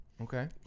okay